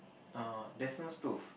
err there's no stove